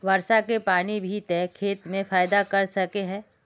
वर्षा के पानी भी ते खेत में फायदा कर सके है?